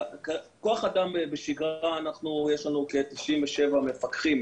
בשגרה יש לנו כ-97 מפקחים,